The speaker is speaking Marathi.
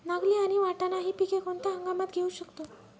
नागली आणि वाटाणा हि पिके कोणत्या हंगामात घेऊ शकतो?